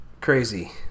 crazy